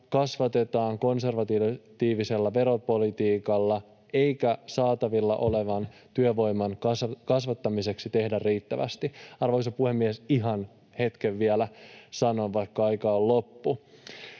kasvatetaan konservatiivista veropolitiikkaa, eikä saatavilla olevan työvoiman kasvattamiseksi tehdä riittävästi. Arvoisa puhemies, ihan hetken vielä sanon, vaikka aika on loppu.